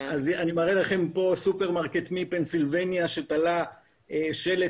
אני מראה לכם סופרמרקט מפנסילבניה שתלה שלט